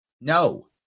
no